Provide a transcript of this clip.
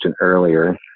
earlier